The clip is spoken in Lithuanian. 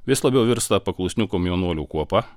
vis labiau virsta paklusnių komjaunuolių kuopa